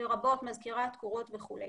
לרבות מזכירה, תקורות וכו'.